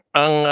ang